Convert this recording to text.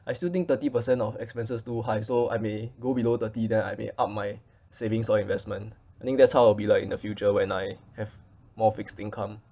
I still think thirty percent of expenses too high so I may go below thirty then I may up my savings or investment I think that's how I will be like in the future when I have more fixed income